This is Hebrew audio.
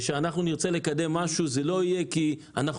כשאנחנו נרצה לקדם משהו זה לא יהיה כי אנחנו